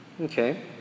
Okay